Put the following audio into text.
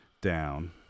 down